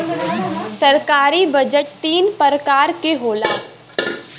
सरकारी बजट तीन परकार के होला